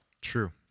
True